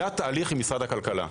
היה תהליך עם משרד הכלכלה.